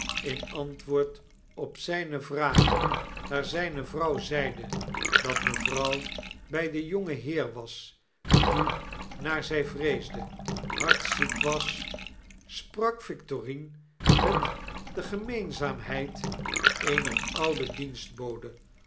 in antwoord op zpe vragen naar zpe vrouw zeide dat mevrouw bij den jongenheer was die naar zy vreesde hard ziek was sprak victorine met de gemeenzaamheideeneroudedienstbode als om